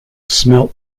smelt